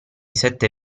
sette